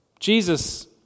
Jesus